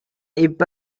இப்ப